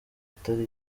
atari